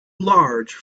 large